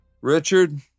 Richard